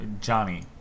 Johnny